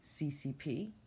ccp